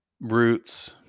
roots